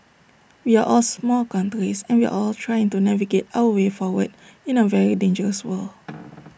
we are all small countries and we are all trying to navigate our way forward in A very dangerous world